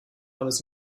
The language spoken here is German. alles